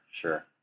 sure